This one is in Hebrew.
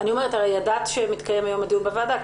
הרי ידעת שמתקיים היום דיון בוועדה.